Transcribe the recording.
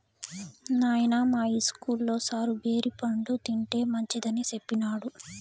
నాయనా, మా ఇస్కూల్లో సారు బేరి పండ్లు తింటే మంచిదని సెప్పినాడు